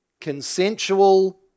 Consensual